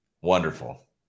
Wonderful